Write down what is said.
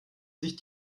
sich